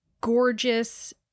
gorgeous